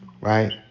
Right